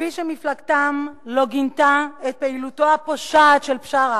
כפי שמפלגתם לא גינתה את פעילותו הפושעת של בשארה,